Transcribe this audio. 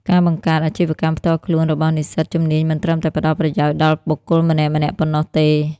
ការបង្កើតអាជីវកម្មផ្ទាល់ខ្លួនរបស់និស្សិតជំនាញមិនត្រឹមតែផ្តល់ប្រយោជន៍ដល់បុគ្គលម្នាក់ៗប៉ុណ្ណោះទេ។